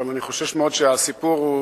אבל אני חושש מאוד שהסיפור הוא